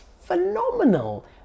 phenomenal